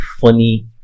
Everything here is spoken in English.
funny